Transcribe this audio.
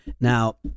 Now